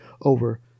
over